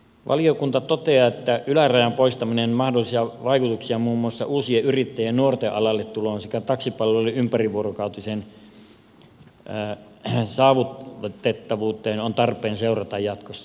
valiokunta toteaa että ylärajan poistamisen mahdollisia vaikutuksia muun muassa uusien nuorten yrittäjien alalle tuloon sekä taksipalveluiden ympärivuorokautiseen saavutettavuuteen on tarpeen seurata jatkossa